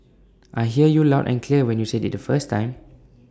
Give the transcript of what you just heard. I heard you loud and clear when you said IT the first time